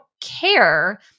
care